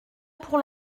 pour